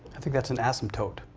i think that's an asymptote.